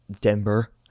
denver